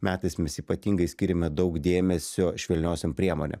metais mes ypatingai skiriame daug dėmesio švelniosiom priemonėm